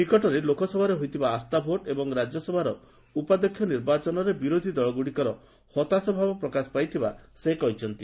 ନିକଟରେ ଲୋକସଭାରେ ହୋଇଥିବା ଆସ୍ଥା ଭୋଟ୍ ଓ ରାଜ୍ୟସଭାର ଉପାଧ୍ୟକ୍ଷ ନିର୍ବାଚନରେ ବିରୋଧି ଦଳଗୁଡ଼ିକର ହତାଶାଭାବ ପ୍ରକାଶ ପାଇଥିବା ସେ କହିଛନ୍ତି